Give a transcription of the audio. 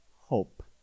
hope